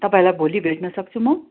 तपाईँलाई भोलि भेट्नसक्छु म